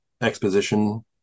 exposition